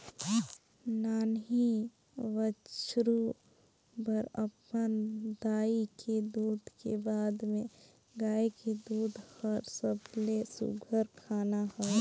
नान्हीं बछरु बर अपन दाई के दूद के बाद में गाय के दूद हर सबले सुग्घर खाना हवे